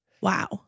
Wow